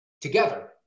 together